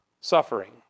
Suffering